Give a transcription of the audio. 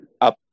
up